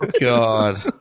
God